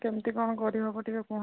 କେମତି କଣ କରିହେବ ଟିକେ କୁହନ୍ତୁ